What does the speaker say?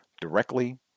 directly